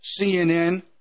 CNN